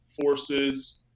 forces